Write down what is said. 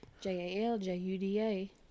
J-A-L-J-U-D-A